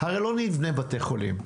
הרי לא נבנה בתי חולים.